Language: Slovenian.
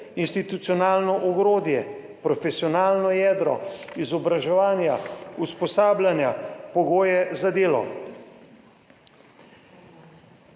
institucionalno ogrodje, profesionalno jedro izobraževanja, usposabljanja, pogoje za delo.